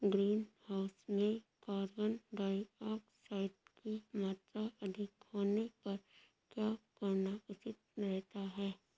Greenhouse में carbon dioxide की मात्रा अधिक होने पर क्या करना उचित रहता है?